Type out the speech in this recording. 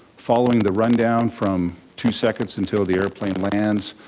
following the rundown from two seconds until the airplane lands,